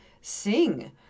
sing